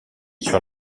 sur